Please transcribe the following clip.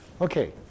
okay